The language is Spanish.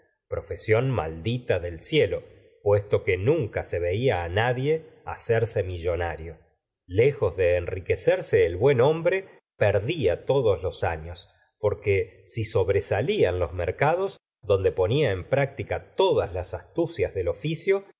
profesión maldita del cielo puesto que nunca se veía nadie hacerse millonario lejos de enriquecerse el buen hombre perdía todos los anos porque si sobresalía en los mercados donde ponía en práctica todas las astucias del oficio